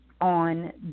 on